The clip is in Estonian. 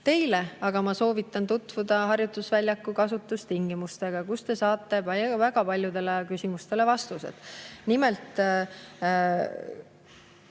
Teile aga ma soovitan tutvuda harjutusväljaku kasutustingimustega, kust te saate väga paljudele küsimustele vastused. Nimelt,